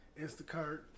Instacart